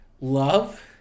love